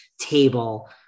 table